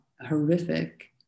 horrific